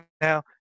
Now